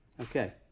Okay